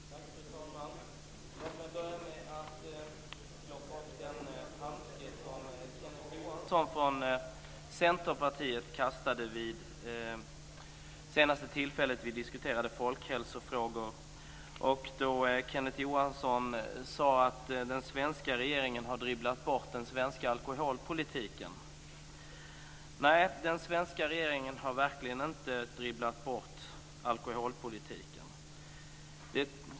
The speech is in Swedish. Fru talman! Låt mig börja med att plocka upp den handske som Kenneth Johansson från Centerpartiet kastade vid det senaste tillfället vi diskuterade folkhälsofrågor. Han sade att den svenska regeringen har dribblat bort den svenska alkoholpolitiken. Nej, den svenska regeringen har verkligen inte dribblat bort alkoholpolitiken.